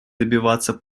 добиваться